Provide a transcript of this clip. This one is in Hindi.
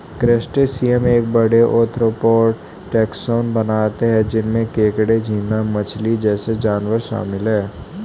क्रस्टेशियंस एक बड़े, आर्थ्रोपॉड टैक्सोन बनाते हैं जिसमें केकड़े, झींगा मछली जैसे जानवर शामिल हैं